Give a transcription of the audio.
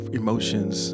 emotions